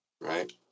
right